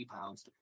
pounds